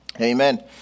Amen